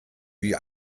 wie